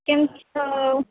કેમ છો